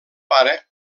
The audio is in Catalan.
pare